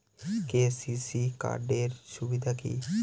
KCC card এর সুবিধা কি?